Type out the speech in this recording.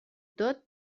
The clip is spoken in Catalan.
tot